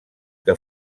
que